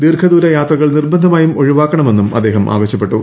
ദീർഘദൂര യാത്രകൾ നിർബന്ധമായും ഒഴിവാക്കണമെന്നും അദ്ദേഹം ആവശ്യപ്പെട്ടു